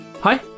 Hi